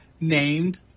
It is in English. named